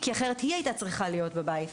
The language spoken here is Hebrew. כי אחרת היא היתה צריכה להיות בבית.